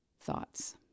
thoughts